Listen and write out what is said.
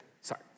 Sorry